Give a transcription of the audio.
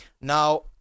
now